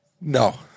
No